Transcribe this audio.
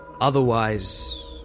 Otherwise